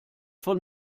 von